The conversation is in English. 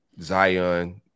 Zion